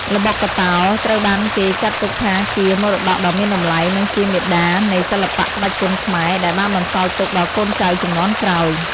ល្បុក្កតោ ត្រូវបានគេចាត់ទុកថាជា មរតកដ៏មានតម្លៃ និងជាមាតានៃសិល្បៈក្បាច់គុនខ្មែរ ដែលបានបន្សល់ទុកដល់កូនចៅជំនាន់ក្រោយ។